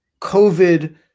COVID